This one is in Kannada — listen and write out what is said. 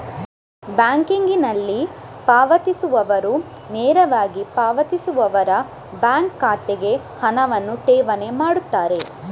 ಬ್ಯಾಂಕಿಂಗಿನಲ್ಲಿ ಪಾವತಿಸುವವರು ನೇರವಾಗಿ ಪಾವತಿಸುವವರ ಬ್ಯಾಂಕ್ ಖಾತೆಗೆ ಹಣವನ್ನು ಠೇವಣಿ ಮಾಡುತ್ತಾರೆ